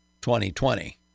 2020